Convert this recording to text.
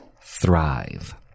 thrive